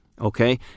Okay